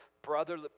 Brother